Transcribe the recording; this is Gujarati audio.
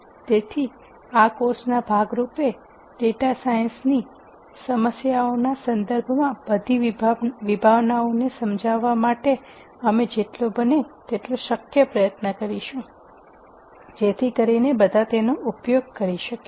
તેથી આ કોર્સના ભાગ રૂપે ડેટા સાયન્સની સમસ્યાઓના સંદર્ભમાં બધી વિભાવનાઓને સમજાવવા માટે અમે જેટલો બને તેટલો પ્રયત્ન કરીશું જેથી કરીને બધા તેનો ઉપયોગ કરી શકે